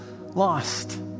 lost